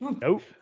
Nope